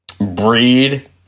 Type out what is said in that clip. breed